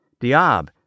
Diab